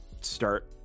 start